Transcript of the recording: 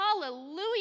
Hallelujah